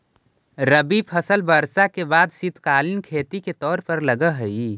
रबी फसल वर्षा के बाद शीतकालीन खेती के तौर पर लगऽ हइ